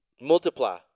multiply